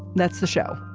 that's the show.